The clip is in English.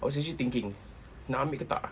I was actually thinking nak ambil atau tidak